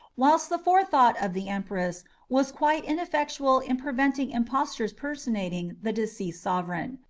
whilst the forethought of the empress was quite ineffectual in preventing impostors personating the deceased sovereign.